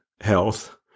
health